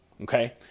okay